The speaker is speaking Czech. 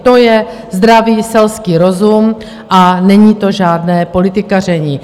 To je zdravý selský rozum a není to žádné politikaření.